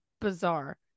bizarre